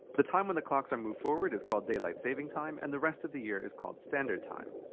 the time when the clocks are moved forward is called daylight saving time and the rest of the year is called standard time.